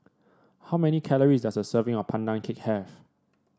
how many calories does a serving of Pandan Cake have